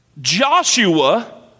Joshua